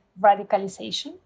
radicalization